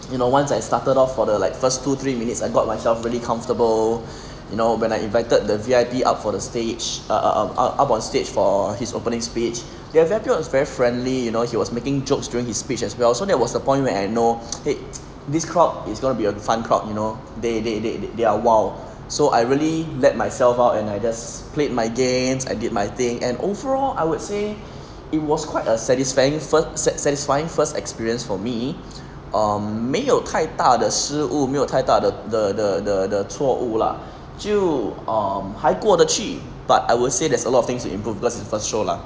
you know once I started off for the like first two three minutes I got myself really comfortable you know when I invited the V_I_P out for the stage err up on stage for his opening speech the V_I_P was very friendly you know he was making jokes during his speech as well so that was the point where I know !hey! this crowd is going to be a fun group you know they they they they are wild so I really let myself out and I just play my games and did my thing and overall I would say it was quite a satisfying first set satisfying first experience for me um 没有太大的失误没有太大的的的的的错误 lah 就 um 还过得去 but I will say there's a lot of things to improve on because it's the first show lah